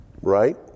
right